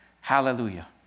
hallelujah